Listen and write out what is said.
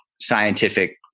scientific